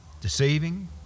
deceiving